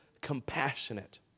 compassionate